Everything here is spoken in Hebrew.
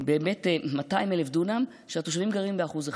200,000 דונם, והתושבים גרים ב-1%.